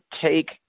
take